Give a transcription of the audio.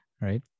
right